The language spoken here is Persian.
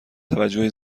توجه